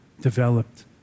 developed